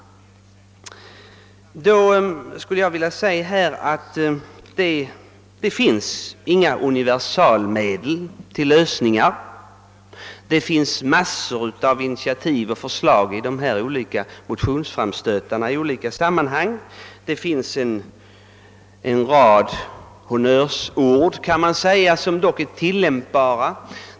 Det finns inga universallösningar på dessa problem. Man framlägger massor av initiativ och förslag i dessa olika motioner, och man använder en rad honnörsord som dock är tillämpbara.